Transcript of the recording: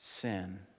sin